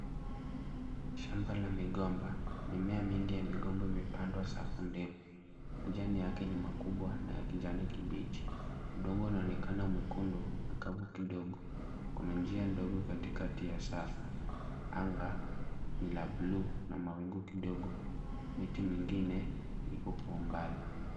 Shamba la migomba. Mimea mingi ya migomba imepandwa safu ndefu. Majani yake ni makubwa na ya kijani kibichi. Udongo unaonekana mwekundu na kavu kidogo. Kuna njia ndogo katikati ya safu. Anga ni la bluu na mawingu kidogo, miti mingine iko kwa umbali.